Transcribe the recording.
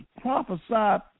prophesied